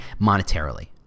monetarily